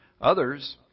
Others